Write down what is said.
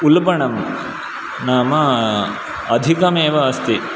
उल्बणं नाम अधिकमेव अस्ति